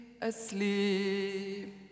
Asleep